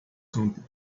campo